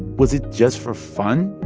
was it just for fun?